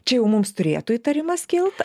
čia jau mums turėtų įtarimas kilt